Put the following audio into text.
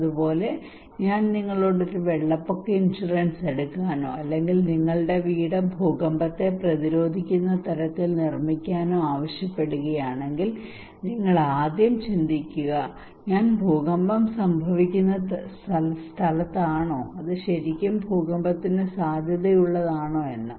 അതുപോലെ ഞാൻ നിങ്ങളോട് ഒരു വെള്ളപ്പൊക്ക ഇൻഷുറൻസ് എടുക്കാനോ അല്ലെങ്കിൽ നിങ്ങളുടെ വീട് ഭൂകമ്പത്തെ പ്രതിരോധിക്കുന്ന തരത്തിൽ നിർമ്മിക്കാനോ ആവശ്യപ്പെടുകയാണെങ്കിൽ നിങ്ങൾ ആദ്യം ചിന്തിക്കുക ഞാൻ ഭൂകമ്പം സംഭവിക്കുന്ന സ്ഥലത്താണോ അത് ശരിക്കും ഭൂകമ്പത്തിന് സാധ്യതയുള്ളതാണോ എന്ന്